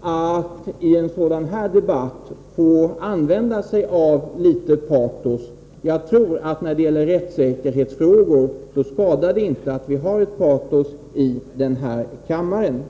att i en sådan här debatt få använda sig av litet patos. Jag tror att det inte när det gäller rättssäkerhetsfrågor skadar att ha patos i den här kammaren.